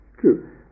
true